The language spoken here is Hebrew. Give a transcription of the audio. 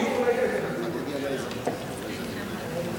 גיור אולי יש אבל אין דיור.